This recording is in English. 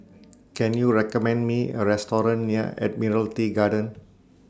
Can YOU recommend Me A Restaurant near Admiralty Garden